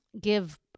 give